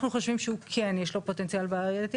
אנחנו חושבים שכן יש לו פוטנציאל בעייתי,